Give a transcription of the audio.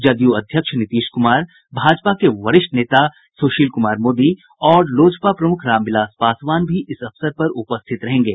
जदयू अध्यक्ष नीतीश कुमार भाजपा के वरिष्ठ नेता सुशील कुमार मोदी और लोजपा प्रमुख रामविलास पासवान भी इस अवसर पर उपस्थित रहेंगे